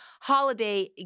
holiday